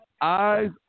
Eyes